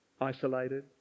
isolated